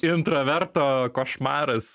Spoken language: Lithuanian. intraverto košmaras